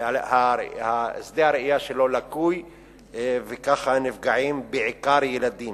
שדה הראייה שלו לקוי וככה נפגעים בעיקר ילדים.